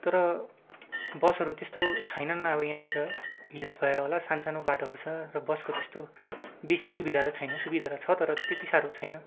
तर बसहरू त्यस्तो छैनन् अब यहाँतिर हिल्स भएर होला सानसानो बाटोहरू छ र बसको त्यस्तो बेसी सुविधाहरू छैन सुविधा त छ तर त्यति साह्रो छैन